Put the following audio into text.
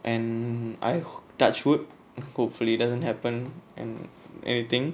and I touch wood hopefully doesn't happen and everything